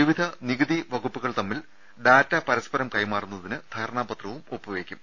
വിവിധ നികുതി വകുപ്പുകൾ തമ്മിൽ ഡാറ്റ പരസ്പരം കൈമാറുന്നതിന് ധാരണാപ ത്രവും ഒപ്പുവെയ്ക്കും